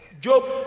Job